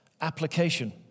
application